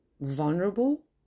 vulnerable